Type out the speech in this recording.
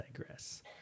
digress